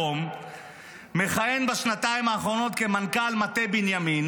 מכהן בשנתיים האחרונות כמנכ"ל מטה בנימין,